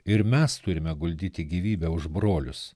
ir mes turime guldyti gyvybę už brolius